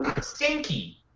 stinky